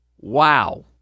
Wow